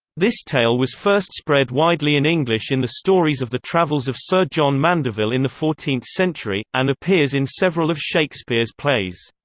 this tale was first spread widely in english in the stories of the travels of sir john mandeville in the fourteenth century, and appears in several of shakespeare's plays.